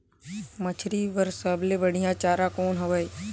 मछरी बर सबले बढ़िया चारा कौन हवय?